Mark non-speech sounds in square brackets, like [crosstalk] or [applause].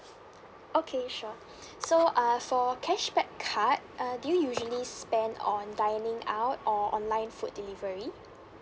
okay sure [breath] so err for cashback card uh do you usually spend on dining out or online food delivery